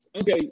okay